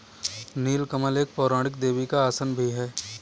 नील कमल एक पौराणिक देवी का आसन भी है